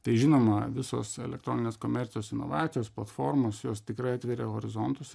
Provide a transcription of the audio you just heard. tai žinoma visos elektroninės komercijos inovacijos platformos jos tikrai atveria horizontus